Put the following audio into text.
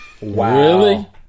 Wow